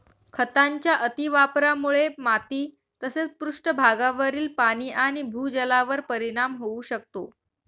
खतांच्या अतिवापरामुळे माती तसेच पृष्ठभागावरील पाणी आणि भूजलावर परिणाम होऊ शकतो